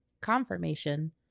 confirmation